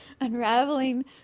unraveling